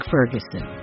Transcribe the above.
Ferguson